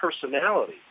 personality